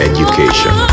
education